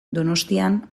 donostian